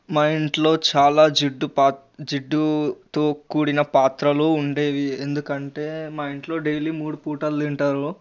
మా ఇంట్లో చాలా జిడ్డు పా జిడ్డుతో కూడిన పాత్రలు ఉండేవి ఎందుకంటే మా ఇంట్లో డైలీ మూడు పూటలు తింటారు